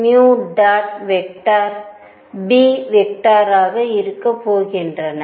B ஆக இருக்கப் போகின்றன